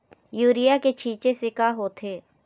Urea के छींचे से का होथे?